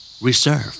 Reserve